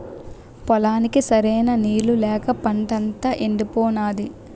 పొలానికి సరైన నీళ్ళు లేక పంటంతా యెండిపోనాది